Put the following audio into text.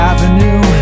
Avenue